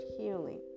healing